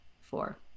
four